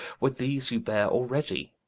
with these you beare alreadie